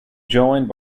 joined